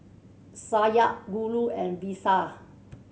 Satya Guru and Vishal